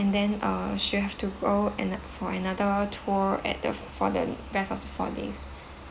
and then uh she'll have to go ano~ for another tour at the for the rest of the four days